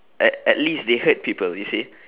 at at least they hurt people you see